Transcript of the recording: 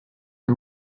who